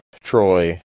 Troy